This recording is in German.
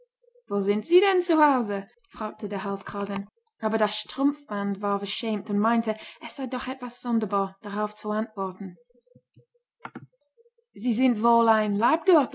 wo sind sie denn zu hause fragte der halskragen aber das strumpfband war verschämt und meinte es sei doch etwas sonderbar darauf zu antworten sie sind wohl ein